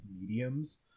mediums